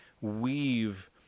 weave